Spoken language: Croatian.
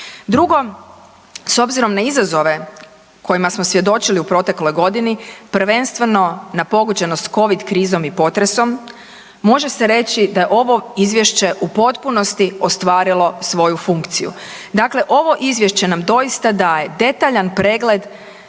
Drugo, s obzirom na izazove kojima smo svjedočili u protekloj godini prvenstveno na pogođenost Covid krizom i potresom može se reći da je ovo izvješće u potpunosti ostvarilo svoju funkciju. Dakle, ovo izvješće nam doista daje detaljan pregled